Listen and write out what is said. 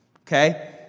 Okay